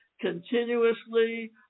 continuously